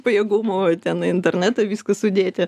pajėgumo ten į internetą visko sudėti